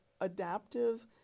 Adaptive